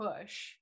push